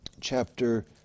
chapter